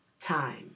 time